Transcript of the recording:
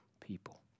people